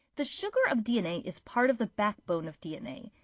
the sugar of dna is part of the backbone of dna.